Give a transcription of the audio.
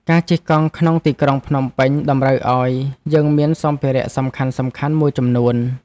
ការជិះកង់ក្នុងទីក្រុងភ្នំពេញ តម្រូវឲ្យយើងមានសម្ភារៈសំខាន់ៗមួយចំនួន។